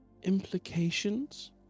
implications